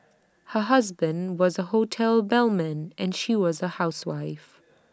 her husband was A hotel bellman and she was A housewife